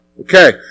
Okay